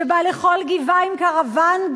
שבה לכל גבעה עם קרוון,